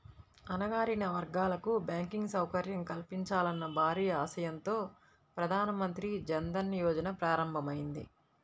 అణగారిన వర్గాలకు బ్యాంకింగ్ సౌకర్యం కల్పించాలన్న భారీ ఆశయంతో ప్రధాన మంత్రి జన్ ధన్ యోజన ప్రారంభమైంది